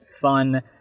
fun